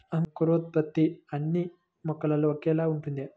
అంకురోత్పత్తి అన్నీ మొక్కల్లో ఒకేలా ఉంటుందా?